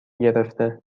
گرفته